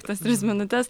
tas tris minutes